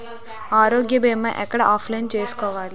ఆరోగ్య భీమా ఎక్కడ అప్లయ్ చేసుకోవాలి?